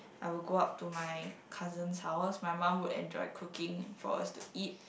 I will go out to my cousin's house my mom will enjoy cooking for us to eat